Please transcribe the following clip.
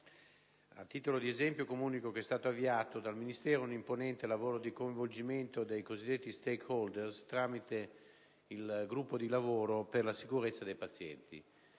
A titolo di esempio, comunico che è stato avviato dal Ministero un imponente lavoro di coinvolgimento dei cosiddetti *stakeholder* tramite il gruppo di lavoro per la sicurezza dei pazienti,